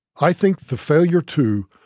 i think the failure to